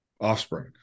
offspring